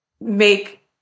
make